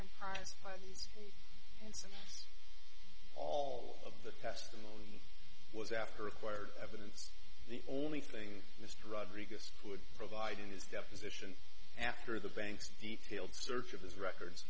and all of the testimony was after acquired evidence the only thing mr rodriguez would provide in his deposition after the bank's detailed search of his records